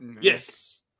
Yes